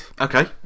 okay